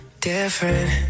different